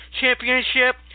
Championship